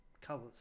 Colors